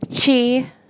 Chi